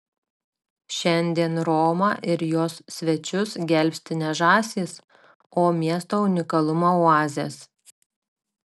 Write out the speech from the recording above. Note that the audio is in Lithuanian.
šiandien romą ir jos svečius gelbsti ne žąsys o miesto unikalumo oazės